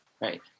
right